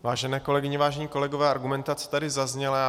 Vážené kolegyně, vážení kolegové, argumentace tady zazněla.